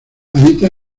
habita